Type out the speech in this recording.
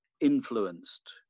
influenced